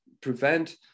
prevent